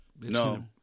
No